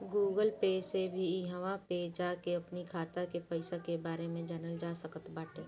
Google pay से भी इहवा पे जाके अपनी खाता के पईसा के बारे में जानल जा सकट बाटे